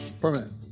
Permanent